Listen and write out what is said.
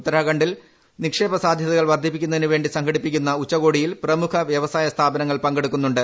ഉത്തരാഖണ്ഡിൽ നിക്ഷേപ സാധൃതകൾ വർദ്ധിപ്പിക്കുന്നതിനുവേണ്ടി സംഘടിപ്പിക്കുന്ന ഉച്ചകോടിയിൽ പ്രമുഖ വൃവസായ സ്ഥാപനങ്ങൾ പങ്കെടുക്കുന്നുണ്ട്